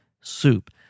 soup